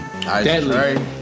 deadly